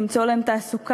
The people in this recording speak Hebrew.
למצוא להם תעסוקה,